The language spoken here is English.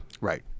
Right